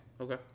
Okay